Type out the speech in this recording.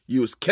use